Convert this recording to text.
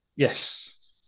Yes